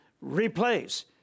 replace